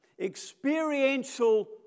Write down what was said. experiential